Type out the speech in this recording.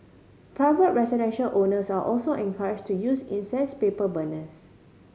private residential owners are also encourage to use incense paper burners